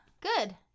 Good